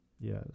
Yes